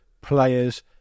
players